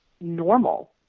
normal